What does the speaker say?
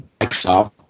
Microsoft